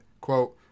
quote